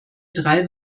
drei